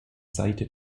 seite